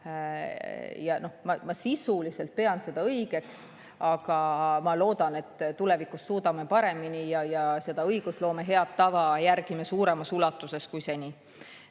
seda sisuliselt õigeks, aga ma loodan, et me tulevikus suudame paremini ja me seda õigusloome head tava järgime suuremas ulatuses kui seni.